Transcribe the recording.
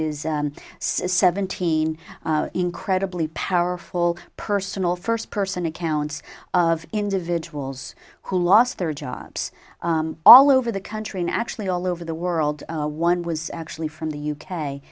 is seventeen incredibly powerful personal first person accounts of individuals who lost their jobs all over the country and actually all over the world one was actually from the u